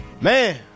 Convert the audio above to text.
Man